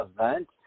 event